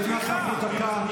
ברשותך,